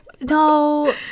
No